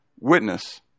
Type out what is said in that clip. witness